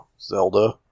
Zelda